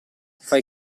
fai